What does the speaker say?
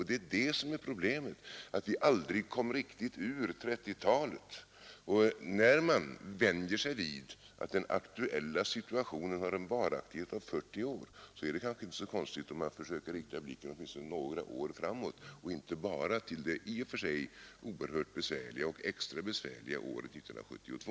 Det är detta som är problemet: de kom aldrig riktigt ur 1930-talet. När en aktuell situation har en varaktighet av 40 år är det kanske inte så konstigt om man försöker rikta blicken åtminstone några år framåt och inte bara till det i och för sig extra besvärliga året 1972.